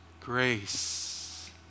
grace